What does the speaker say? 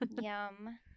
Yum